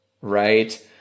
right